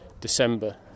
December